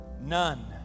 None